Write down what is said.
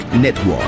Network